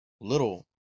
little